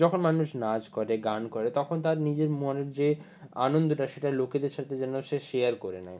যখন মানুষ নাচ করে গান করে তখন তার নিজের মনের যে আনন্দটা সেটা লোকেদের সাথে যেন সে শেয়ার করে নেয়